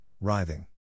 writhing